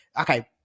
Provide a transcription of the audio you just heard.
okay